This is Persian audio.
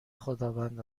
خداوند